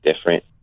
different